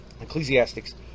Ecclesiastics